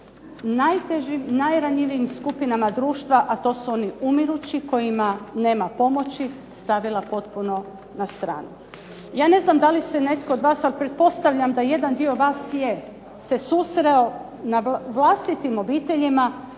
najranjivijim skupinama društva, a to su oni umirući, kojima nema pomoći stavila potpuno na stranu. Ja ne znam da li se netko od vas ali pretpostavljam da jedan dio vas je se susreo na vlastitim obiteljima